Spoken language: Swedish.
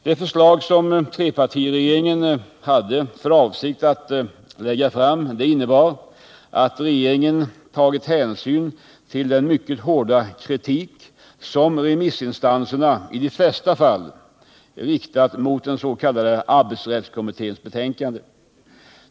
Det förslag som trepartiregeringen hade för avsikt att lägga fram innebar att regeringen tagit hänsyn till den mycket hårda kritik som remissinstanserna i de flesta fall riktat mot arbetsrättskommitténs betänkande.